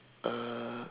uh